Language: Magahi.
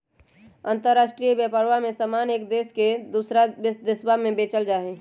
अंतराष्ट्रीय व्यापरवा में समान एक देश से दूसरा देशवा में बेचल जाहई